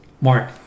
Mark